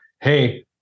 Hey